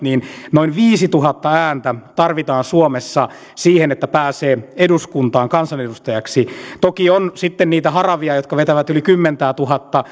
noin viisituhatta ääntä tarvitaan suomessa siihen että pääsee eduskuntaan kansanedustajaksi toki on sitten niitä haravia jotka vetävät yli kymmenentuhatta